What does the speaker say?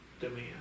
demand